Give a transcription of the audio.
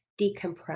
decompress